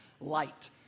light